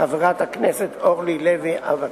חברת הכנסת אורלי לוי אבקסיס.